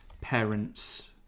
parents